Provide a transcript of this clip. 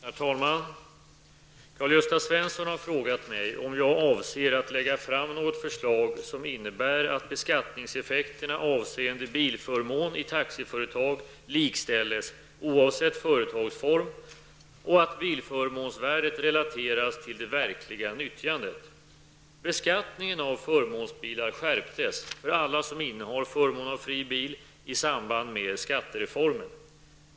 Herr talman! Karl-Gösta Svenson har frågat mig om jag avser att lägga fram något förslag som innebär att beskattningseffekterna avseende bilförmån i taxiföretag likställs oavsett företagsform och att bilförmånsvärdet relateras till det verkliga nyttjandet. Beskattningen av förmånsbilar skärptes, för alla som innehar förmån av fri bil, i samband med skattereformen.